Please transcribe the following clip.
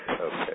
Okay